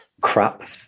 crap